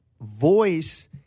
voice